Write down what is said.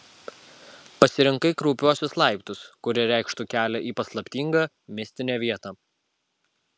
pasirinkai kraupiuosius laiptus kurie reikštų kelią į paslaptingą mistinę vietą